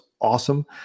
awesome